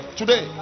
today